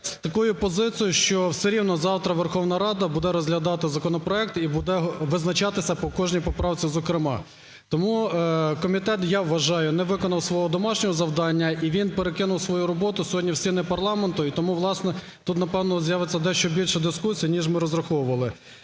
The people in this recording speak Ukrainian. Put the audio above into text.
такої позиції, що все рівно завтра Верховна Рада буде розглядати законопроект і буде визначатися по кожній поправці зокрема. Тому комітет, я вважаю, не виконав свого домашнього завдання, і він перекинув свою роботу сьогодні в стіни парламенту, і тому, власне, тут, напевно, з'явиться дещо більша дискусія, ніж ми розраховували.